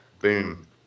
Boom